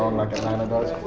like atlanta does.